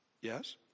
Yes